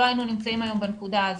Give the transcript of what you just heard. לא היינו נמצאים היום בנקודה הזו.